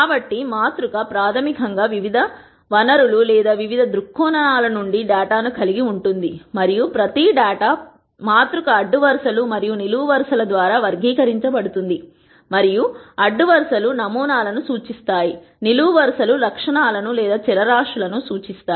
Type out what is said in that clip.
కాబట్టి మాతృక ప్రాథమికంగా వివిధ వనరులు లేదా వివిధ దృక్కోణాల నుండి డేటాను కలిగి ఉంటుంది మరియు ప్రతి డేటా మాతృక అడ్డు వరుసలు మరియు నిలువు వరుసల ద్వారా వర్గీకరించబడుతుంది మరియు అడ్డు వరుసలు నమూనాలను సూచిస్తాయి మరియు నిలువు వరుసలు లక్షణాలను లేదా చరరాశులను సూచిస్తాయి